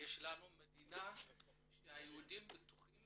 יש לנו מדינה שהיהודים בטוחים